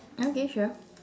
okay sure